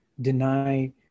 deny